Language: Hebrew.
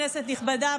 כנסת נכבדה,